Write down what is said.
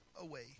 away